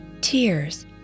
Tears